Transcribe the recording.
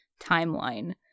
timeline